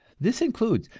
this includes,